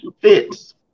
fits